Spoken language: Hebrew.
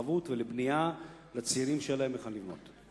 להתרחבות ולבנייה לצעירים, שיהיה להם היכן לבנות.